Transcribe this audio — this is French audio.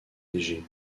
légers